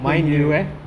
per year